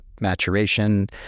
maturation